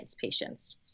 patients